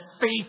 faith